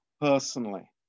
personally